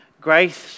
grace